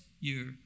year